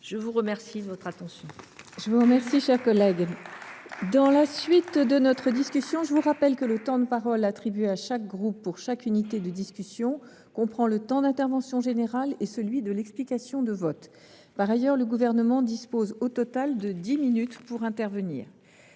en faveur de son adoption. Mes chers collègues, dans la suite de notre discussion, je vous rappelle que le temps de parole attribué à chaque groupe pour chaque unité de discussion comprend le temps d’intervention générale et celui de l’explication de vote. Par ailleurs, le Gouvernement dispose au total de dix minutes pour intervenir.